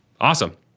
Awesome